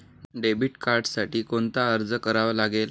Debit कार्डसाठी कोणता अर्ज करावा लागेल?